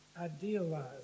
idealized